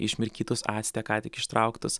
išmirkytus acte ką tik ištrauktus